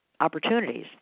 opportunities